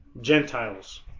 Gentiles